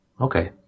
Okay